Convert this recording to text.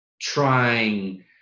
trying